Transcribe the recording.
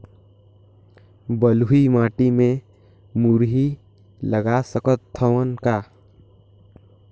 बलुही माटी मे मुरई लगा सकथव का?